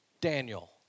Daniel